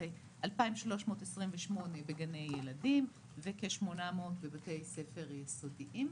2,328 בגני ילדים וכ-800 בבתי ספר יסודיים.